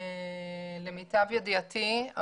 למיטב ידיעתי.